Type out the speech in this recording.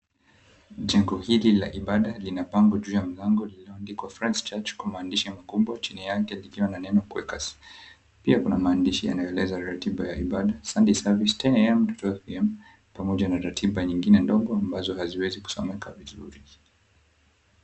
Jengo hili la ibada lina bango juu ya mlango lililoandikwa, Friends Church kwa maandishi mkubwa, chini yake kukiwa na neno, Quakers. Pia kuna maandishi yanayoeleza ratiba ya ibada, Sunday Service 10am to 12 pm pamoja na ratiba zingine ndogo ambazo haziwezi kusomeka vizuri.